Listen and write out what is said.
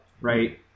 right